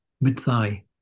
mid-thigh